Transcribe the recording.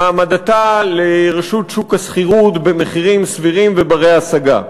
והעמדתה לרשות שוק השכירות במחירים סבירים ובני-השגה.